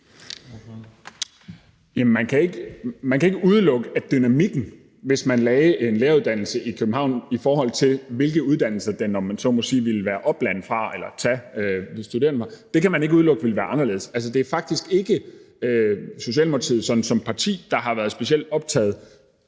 (S): Man kan ikke udelukke, at dynamikken, hvis man lagde en læreruddannelse i København, i forhold til hvem den, om man så må sige, ville være opland for eller tage de studerende fra, ville være anderledes. Altså, det er faktisk ikke Socialdemokratiet, der som parti har været specielt optaget